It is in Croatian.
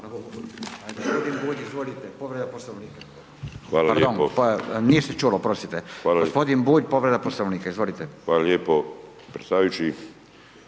Hvala lijepo.